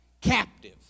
Captive